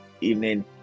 evening